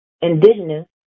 Indigenous